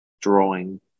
drawing